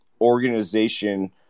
organization